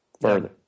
further